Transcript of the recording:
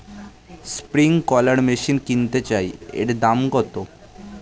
Sprinkler machine কিনতে চাই এর দাম কত?